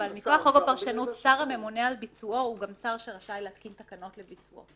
אבל שר הממונה על ביצועו הוא גם שר שרשאי להתקין תקנות לביצועו.